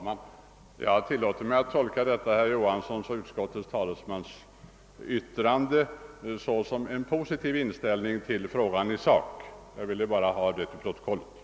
Herr talman! Jag tillåter mig tolka detta uttalande av utskottets talesman herr Johansson i Norrköping såsom uttryck för en positiv inställning i sak till frågan. Jag vill endast ha detta antecknat till protokollet.